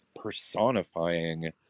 personifying